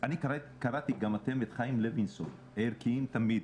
אני קראתי את חיים לוינסון "ערכיים תמיד".